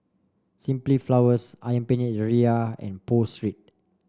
Simply Flowers ayam Penyet Ria and Pho Street